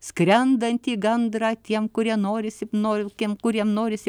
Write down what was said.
skrendantį gandrą tiem kurie norisi nori tiem kuriem norisi